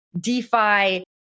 DeFi